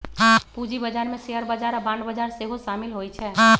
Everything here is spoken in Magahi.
पूजी बजार में शेयर बजार आऽ बांड बजार सेहो सामिल होइ छै